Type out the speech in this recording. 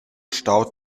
stau